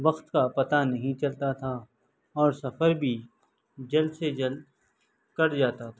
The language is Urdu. وقت کا پتہ نہیں چلتا تھا اور سفر بھی جلد سے جلد کٹ جاتا تھا